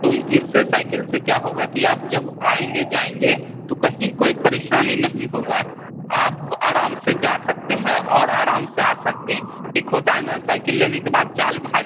तो इससे साइकिल से क्या होगा कि आप जब आएँगे जाएँगे तो कहीं कोई परेशानी नहीं होगा आप आराम से जा सकते हैं और आराम से आ सकते हैं एक होता है ना साइकिल लेने के बाद चाल भाल